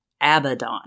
Abaddon